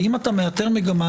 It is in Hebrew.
ואם אתה מאתר מגמה,